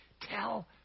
tell